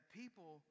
people